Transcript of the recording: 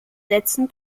sätzen